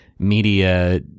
Media